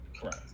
Correct